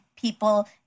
people